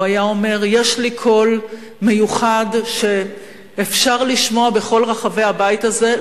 הוא היה אומר: יש לי קול מיוחד שאפשר לשמוע בכל רחבי הבית הזה.